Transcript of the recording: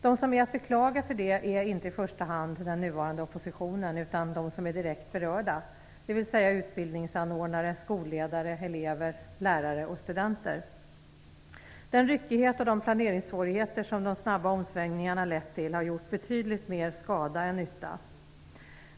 De som är att beklaga för detta är inte i första hand den nuvarande oppositionen utan det är de som är direkt berörda, dvs. utbildningsanordnare, skolledare, elever, lärare och studenter. Den ryckighet och de planeringssvårigheter som de snabba omsvängningarna har lett till har gjort betydligt mer skada än nytta.